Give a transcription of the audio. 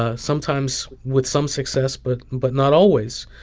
ah sometimes with some success but but not always.